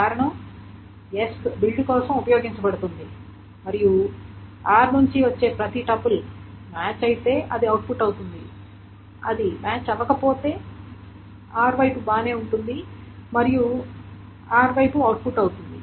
కారణం s build కోసం ఉపయోగించబడుతుంది మరియు r నుండి వచ్చే ప్రతి టపుల్ మ్యాచ్ అయితే అది అవుట్పుట్ అవుతుంది అది సరిపోలకపోయినా r వైపు బాగానే ఉంటుంది మరియు r వైపు అవుట్పుట్ అవుతుంది